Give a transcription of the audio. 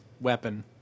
weapon